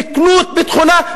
סיכנו את ביטחונה?